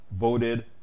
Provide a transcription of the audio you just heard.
voted